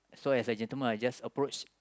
so as a gentleman I just approach